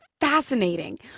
fascinating